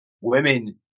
women